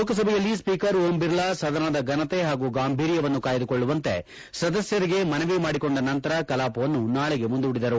ಲೋಕಸಭೆಯಲ್ಲಿ ಸ್ವೀಕರ್ ಓಂ ಬಿರ್ಲಾ ಸದನದ ಘನತೆ ಹಾಗೂ ಗಾಂಭೀರ್ಯವನ್ನು ಕಾಯ್ದುಕೊಳ್ಳುವಂತೆ ಸದಸ್ಯರಿಗೆ ಮನವಿ ಮಾಡಿಕೊಂಡ ನಂತರ ಕಲಾಪವನ್ನು ನಾಳೆಗೆ ಮುಂದೂಡಿದರು